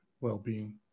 well-being